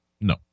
No